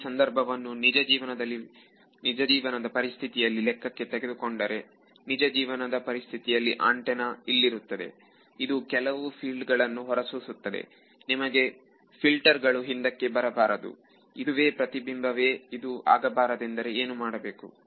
ಈ ಸಂದರ್ಭವನ್ನು ನಿಜ ಜೀವನದ ಪರಿಸ್ಥಿತಿಯಲ್ಲಿ ಲೆಕ್ಕಕ್ಕೆ ತಗೊಂಡರೆ ನಿಜ ಜೀವನದ ಪರಿಸ್ಥಿತಿಯಲ್ಲಿ ಆಂಟೆನಾ ಇಲ್ಲಿರುತ್ತದೆ ಇದು ಕೆಲವು ಫೀಲ್ಡ್ ಗಳನ್ನು ಹೊರಸೂಸುತ್ತದೆ ನಿಮಗೆ ಫಿಲ್ಟರ್ ಗಳು ಹಿಂದಕ್ಕೆ ಬರಬಾರದು ಇದುವೇ ಪ್ರತಿಬಿಂಬವೇ ಇದು ಆಗಬಾರದೆಂದರೆ ಏನು ಮಾಡಬೇಕು